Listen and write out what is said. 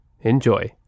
Enjoy